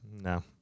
no